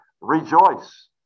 rejoice